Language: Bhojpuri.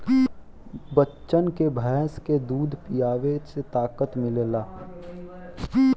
बच्चन के भैंस के दूध पीआवे से ताकत मिलेला